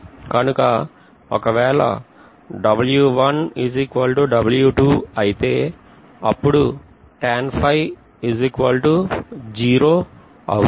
కనుక ఒకవేళ అయితే అపుడు అవుతుంది